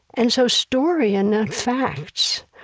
and so story, and not facts,